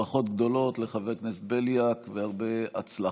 ברכות גדולות לחבר הכנסת בליאק והרבה הצלחה.